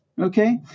okay